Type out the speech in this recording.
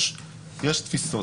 יש תפיסות.